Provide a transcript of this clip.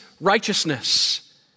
righteousness